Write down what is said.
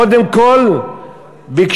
קודם כול ביקשו,